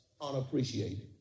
unappreciated